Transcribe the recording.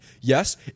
Yes